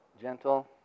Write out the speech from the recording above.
gentle